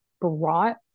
brought